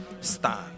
stand